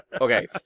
Okay